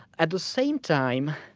at the same time,